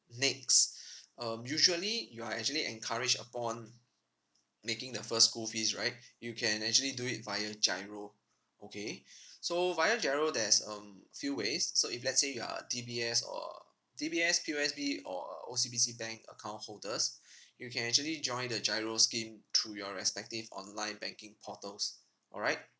next um usually you are actually encouraged upon making the first school fees right you can actually do it via GIRO okay so via GIRO there's um few ways so if let's say you are a D_B_S or a D_B_S P_O_S_B or a O_C_B_C bank account holders you can actually join the GIRO scheme through your respective online banking portals alright